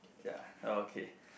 ya okay